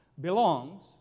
belongs